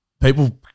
people